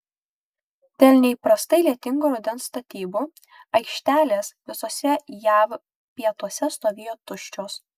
dėl neįprastai lietingo rudens statybų aikštelės visuose jav pietuose stovėjo tuščios